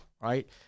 right